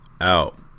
out